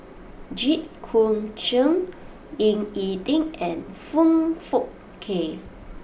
Jit Koon Ch'ng Ying E Ding and Foong Fook Kay